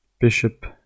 bishop